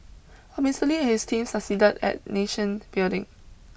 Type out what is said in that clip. but Mister Lee and his team succeeded at nation building